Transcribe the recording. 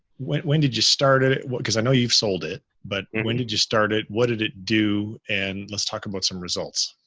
when, when did you start at it? cause i know you've sold it, but when did you start it? what did it do and let's talk about some results.